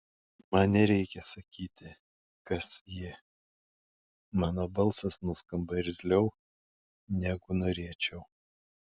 man nereikia sakyti kas ji mano balsas nuskamba irzliau negu norėčiau